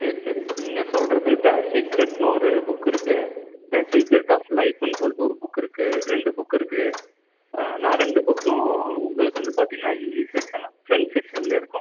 சரி சரி நீங்கள் சொல்வது த சீக்ரெட்னு ஒரு புக் இருக்குது த சீக்ரெட் ஆஃப் லைஃப்னு சொல்லிட்டு ஒரு புக் இருக்குது ரெண்டு புக் இருக்குது நான் ரெண்டு புக்கும் உங்களுக்கு வந்து பார்த்தீங்கன்னா இங்கிலீஷ் செக்ஷன் ஃப்ரெண்ட் செக்ஷன்லேயே இருக்கும்